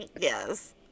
Yes